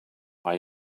are